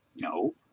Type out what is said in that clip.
no